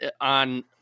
on